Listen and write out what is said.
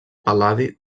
pal·ladi